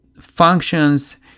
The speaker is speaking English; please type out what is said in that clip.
functions